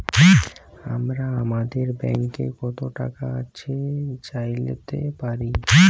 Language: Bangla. আমরা আমাদের ব্যাংকে কত টাকা আছে জাইলতে পারি